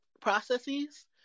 processes